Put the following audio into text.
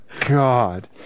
God